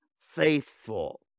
faithful